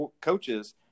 coaches